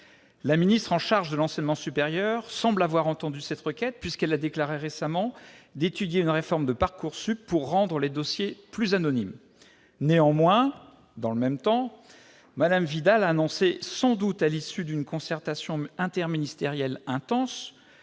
La ministre en charge de l'enseignement supérieur semble avoir entendu cette requête, puisqu'elle a récemment déclaré étudier une réforme de Parcoursup pour rendre les dossiers plus anonymes. Néanmoins, dans le même temps, Mme Vidal a annoncé, sans doute à l'issue d'une concertation interministérielle intense,